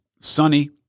sunny